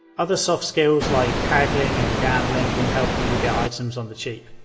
other soft skills like haggling and gambling can help you get items on the cheap.